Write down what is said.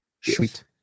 Sweet